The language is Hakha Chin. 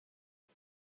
duh